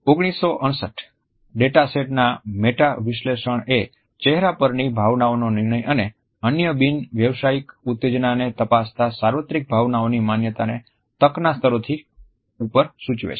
168 data set ના meta વિશ્લેષણએ ચહેરા પરની ભાવનાઓના નિર્ણયો અને અન્ય બિન વ્યવસાયિક ઉત્તેજનાને તપાસતા સાર્વત્રિક ભાવનાઓની માન્યતાને તકના સ્તરોથી ઉપર સૂચવે છે